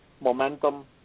momentum